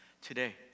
today